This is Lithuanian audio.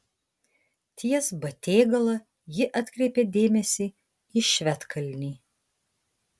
ties batėgala ji atkreipė dėmesį į švedkalnį